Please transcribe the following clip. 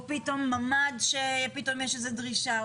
או פתאום ממ"ד שפתאום יש איזה דרישה.